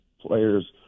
players